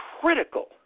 critical